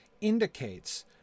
indicates